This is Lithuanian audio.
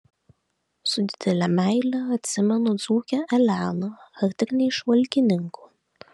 su didele meile atsimenu dzūkę eleną ar tik ne iš valkininkų